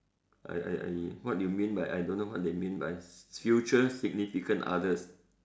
I I I what you mean by I don't know what they mean by future significant others